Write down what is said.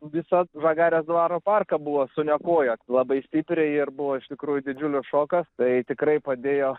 visą žagarės dvaro parką buvo suniokoję labai stipriai ir buvo iš tikrųjų didžiulis šokas tai tikrai padėjo